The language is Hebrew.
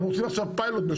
אנחנו עושים עכשיו פיילוט,